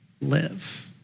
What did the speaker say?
live